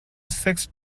sixth